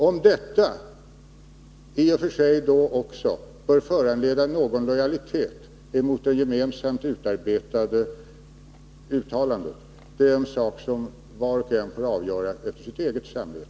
Om detta i och för sig då också bör föranleda någon lojalitet mot gemensamt utarbetade uttalanden är en sak som var och en får avgöra efter sitt eget samvete.